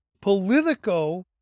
Politico